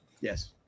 Yes